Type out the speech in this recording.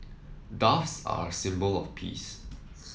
doves are a symbol of peace